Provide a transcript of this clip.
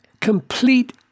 complete